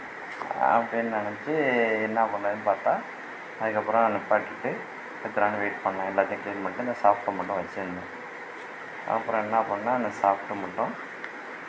அப்படின்னு நெனச்சு என்ன பண்ணுறதுன்னு பார்த்தா அதுக்கப்புறம் நிற்பாட்டிட்டு சித்த நேரம் வெயிட் பண்ணிணேன் எல்லாத்தையும் க்ளீன் பண்ணிட்டு அந்த ஷாஃப்ட்டை மட்டும் வச்சுருந்தேன் அப்புறம் என்ன பண்ணிணேன் அந்த ஷாஃப்ட்டு மட்டும்